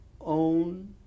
own